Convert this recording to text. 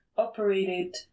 operated